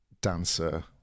dancer